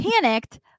panicked